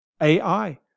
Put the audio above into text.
AI